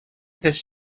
this